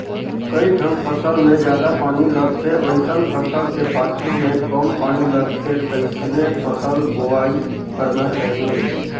कइठन फसल मे जादा पानी लगथे वइसन फसल के पाछू में कम पानी लगथे तइसने फसल बोवाई करना चाहीये